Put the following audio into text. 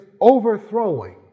overthrowing